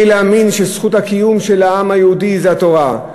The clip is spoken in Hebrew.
להאמין שזכות הקיום של העם היהודי זה התורה.